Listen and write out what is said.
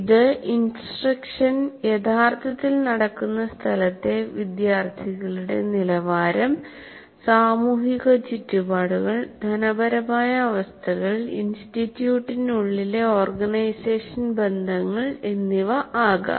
ഇത് ഇൻസ്ട്രക്ഷൻ യഥാർത്ഥത്തിൽ നടക്കുന്ന സ്ഥലത്തെ വിദ്യാർത്ഥികളുടെ നിലവാരം സാമൂഹിക ചുറ്റുപാടുകൾ ധനപരമായ അവസ്ഥകൾ ഇൻസ്റ്റിറ്റ്യൂട്ടിനുള്ളിലെ ഓർഗനൈസേഷൻ ബന്ധങ്ങൾ എന്നിവ ആകാം